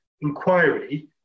inquiry